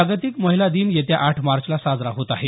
जागतिक महिला दिन येत्या आठ मार्चला साजरा होत आहे